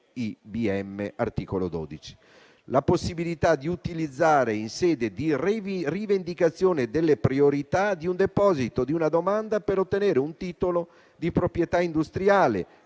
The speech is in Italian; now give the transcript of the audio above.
l'UIBM (articolo 12). La possibilità di utilizzare - in sede di rivendicazione della priorità di un deposito di una domanda per ottenere un titolo di proprietà industriale